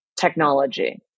technology